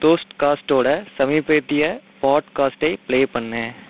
தோஸ்த்காஸ்ட்டோட சமீபத்திய பாட்காஸ்ட்டை பிளே பண்ணு